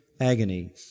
agony